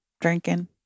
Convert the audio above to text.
drinking